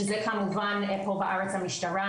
שזה כמובן פה בארץ המשטרה,